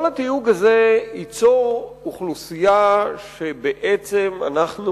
כל התיוג הזה ייצור אוכלוסייה שבעצם אנחנו